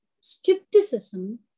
skepticism